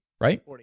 right